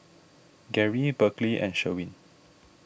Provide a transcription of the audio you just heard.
Gary Berkley and Sherwin